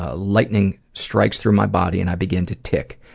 ah lightning strikes through my body and i begin to tic.